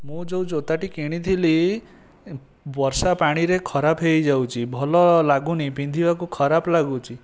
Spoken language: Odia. ମୁଁ ଯେଉଁ ଜୋତାଟି କିଣିଥିଲି ବର୍ଷା ପାଣିରେ ଖରାପ ହୋଇଯାଉଛି ଭଲ ଲାଗୁନି ପିନ୍ଧିବାକୁ ଖରାପ ଲାଗୁଛି